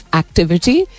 activity